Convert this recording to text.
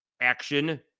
action